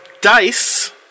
dice